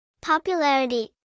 Popularity